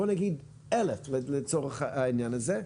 בואו נגיד 1,000 לצורך העניין הזה,